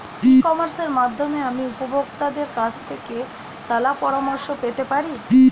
ই কমার্সের মাধ্যমে আমি উপভোগতাদের কাছ থেকে শলাপরামর্শ পেতে পারি?